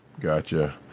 gotcha